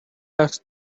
asked